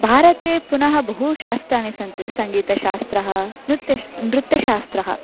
भारते पुनः बहूनि शास्त्राणि सन्ति सङ्गीतशास्त्रं नृत्यश् नृत्यशास्त्रम्